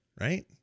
right